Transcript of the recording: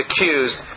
accused